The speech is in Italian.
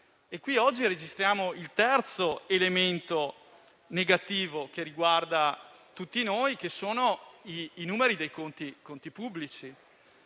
Qui oggi registriamo il terzo elemento negativo che riguarda tutti noi: i numeri dei conti pubblici.